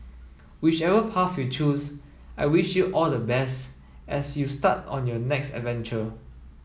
whichever path you choose I wish you all the best as you start on your next adventure